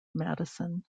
madison